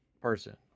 person